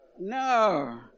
No